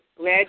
Glad